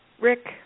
Rick